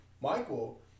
Michael